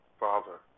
father